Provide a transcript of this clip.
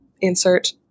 insert